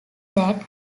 that